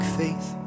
faith